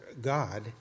God